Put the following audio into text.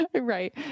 Right